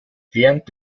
während